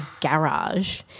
garage